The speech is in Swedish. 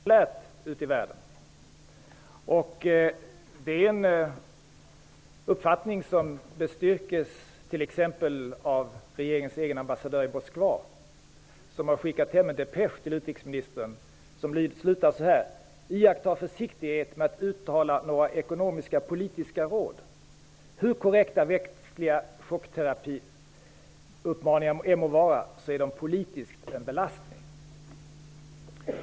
Fru talman! Utrikesministern sade att Sveriges linje inte har blivit populär i världen. Det är en uppfattning som styrks av t.ex. regeringens egen ambassadör i Moskva. Han har skickat hem en depesch till utrikesministern som slutar med att han hävdar att man skall iaktta försiktighet med att uttala några ekonomiska-politiska råd. Hur korrekta och rättsliga chockterapiuppmaningar det än må vara fråga om är de en politisk belastning.